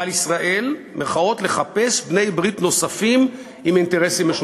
על ישראל 'לחפש' בני ברית נוספים עם אינטרסים משותפים".